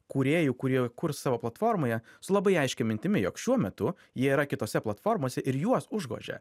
kūrėjų kurie kurs savo platformoje su labai aiškia mintimi jog šiuo metu jie yra kitose platformose ir juos užgožia